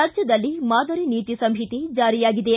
ರಾಜ್ಯದಲ್ಲಿ ಮಾದರಿ ನೀತಿ ಸಂಹಿತೆ ಜಾರಿಯಾಗಿದೆ